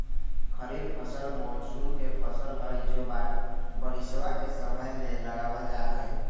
खरीफ फसल मॉनसून के फसल हई जो बारिशवा के समय में लगावल जाहई